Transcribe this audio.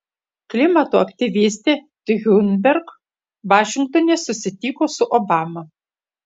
klimato aktyvistė thunberg vašingtone susitiko su obama